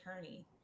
attorney